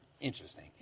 Interesting